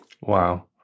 Wow